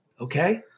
Okay